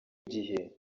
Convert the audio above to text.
gihe